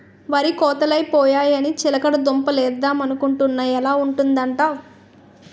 వరి కోతలై పోయాయని చిలకడ దుంప లేద్దమనుకొంటున్నా ఎలా ఉంటదంటావ్?